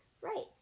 right